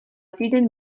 týden